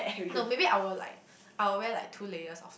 no maybe I will like I will wear like two layers of